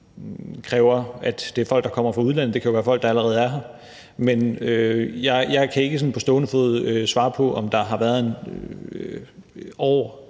kræver, at folk kommer fra udlandet. Det kan jo være folk, der allerede er her. Jeg kan ikke sådan på stående fod svare på, om der har været år